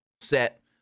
set